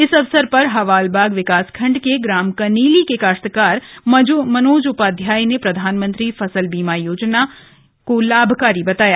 इस अवसर पर हवालबाग विकासखण्ड के ग्राम कनेली के काश्तकार मनोज उपाध्याय ने प्रधानमंत्री फसल बीमा योजना लाभकारी बताया